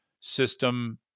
system